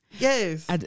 yes